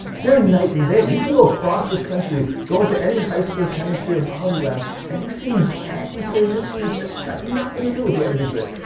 night and day. you can go across this country, go into any high school chemistry or biology lab, and you see these antiquated instruments that got nothing to do with what we do today,